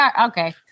okay